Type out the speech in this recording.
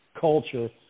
culture